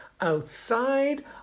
outside